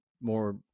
more